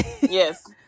yes